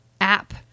app